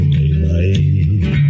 daylight